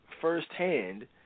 firsthand